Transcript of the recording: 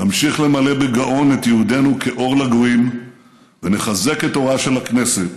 נמשיך למלא בגאון את ייעודנו כאור לגויים ונחזק את אורה של הכנסת,